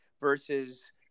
versus